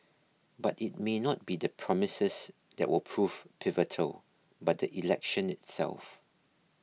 but it may not be the promises that will prove pivotal but the election itself